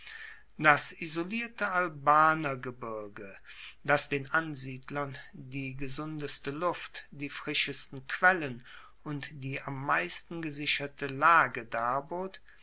das isolierte albaner gebirge das den ansiedlern die gesundeste luft die frischesten quellen und die am meisten gesicherte lage